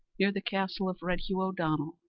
near the castle of red hugh o'donnell.